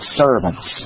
servants